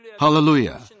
Hallelujah